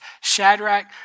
Shadrach